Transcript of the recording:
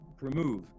remove